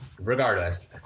Regardless